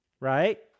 right